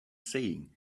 saying